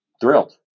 thrilled